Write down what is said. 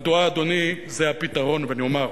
מדוע, אדוני, זה הפתרון, ואני אומר: